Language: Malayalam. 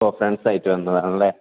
ഓ ഫ്രണ്ട്സ് ആയിട്ട് വന്നതാണല്ലേ